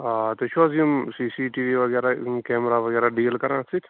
آ تُہۍ چھُو حظ یِم سی سی ٹی وی وغیرہ یِم کیمرا وغیرہ ڈیٖل کران اَتھ سۭتۍ